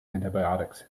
antibiotics